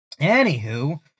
Anywho